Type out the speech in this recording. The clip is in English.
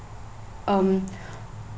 um